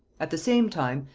at the same time,